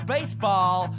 Baseball